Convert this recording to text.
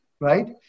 right